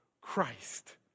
Christ